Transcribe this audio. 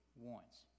wants